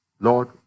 Lord